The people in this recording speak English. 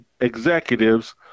executives